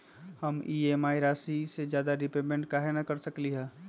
हम ई.एम.आई राशि से ज्यादा रीपेमेंट कहे न कर सकलि ह?